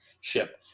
ship